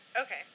Okay